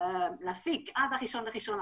כדי להביא גז למצרים.